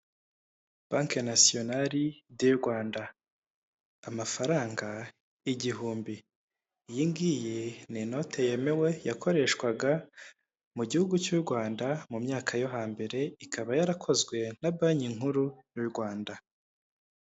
Banki nasiyonari de Rwanda amafaranga igihumbi iyiNgiyi ni inote yemewe yakoreshwaga mu gihugu cy'u rwanda mu myaka yo hambere, ikaba yarakozwe na banki nkuru y'u Rwanda.